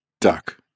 Duck